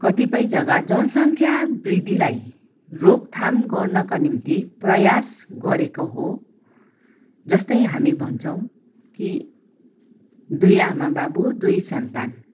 कतिपय जग्गा जनसङ्ख्या बृद्धिलाई रोकथाम गर्नका निम्ति प्रयास गरेको हो जस्तै हामी भन्छौँ कि दुई आमा बाबु दुई सन्तान